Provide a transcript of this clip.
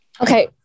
Okay